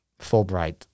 Fulbright